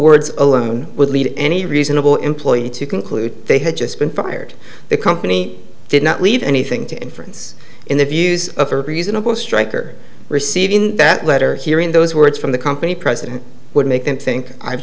words alone would lead any reasonable employee to conclude they had just been fired the company did not leave anything to inference in the views of a reasonable strike or received in that letter hearing those words from the company president would make and think i